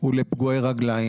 הוא לפגועי רגליים.